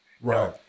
Right